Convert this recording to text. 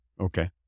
Okay